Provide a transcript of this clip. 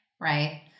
right